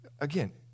again